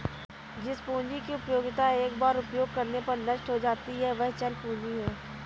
जिस पूंजी की उपयोगिता एक बार उपयोग करने पर नष्ट हो जाती है चल पूंजी है